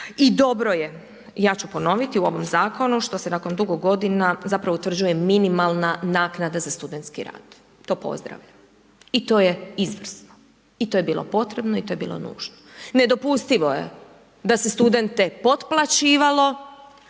I dobro je, ja ću ponoviti, u ovom zakonu što se nakon dugo godina zapravo utvrđuje minimalna naknada za studentski rad. To pozdravljam i to je izvrsno. I to je bilo potrebno i to je bilo nužno. Nedopustivo je da se studente potplaćivalo